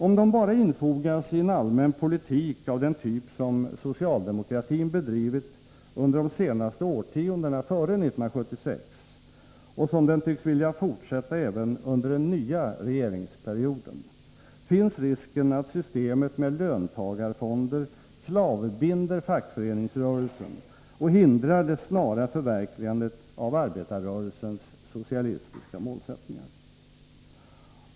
Om de bara infogas i en allmän politik av den typ som socialdemokratin bedrivit under de senaste årtiondena före 1976 och som den tycks vilja fortsätta även under den nya regeringsperioden finns risken att systemet med löntagarfonder klavbinder fackföreningsrörelsen och hindrar det snara förverkligandet av arbetarrörelsens socialistiska målsättningar.